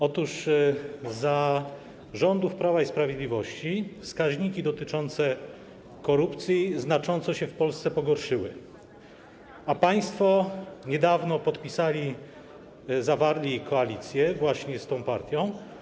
Otóż za rządów Prawa i Sprawiedliwości wskaźniki dotyczące korupcji znacząco się w Polsce pogorszyły, a państwo niedawno podpisali, zawarli koalicję właśnie z tą partią.